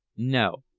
no.